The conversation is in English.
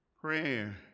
Prayer